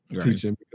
teaching